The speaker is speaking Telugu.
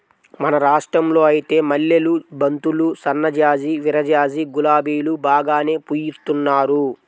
మన రాష్టంలో ఐతే మల్లెలు, బంతులు, సన్నజాజి, విరజాజి, గులాబీలు బాగానే పూయిత్తున్నారు